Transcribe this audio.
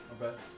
Okay